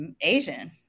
Asian